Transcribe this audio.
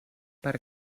per